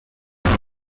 است